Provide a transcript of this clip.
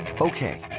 Okay